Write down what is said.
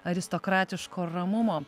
aristokratiško ramumo